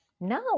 No